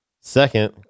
Second